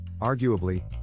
Arguably